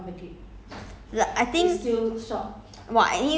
maybe phase three then maybe you can tie the short short one behind